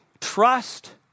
trust